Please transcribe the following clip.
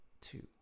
two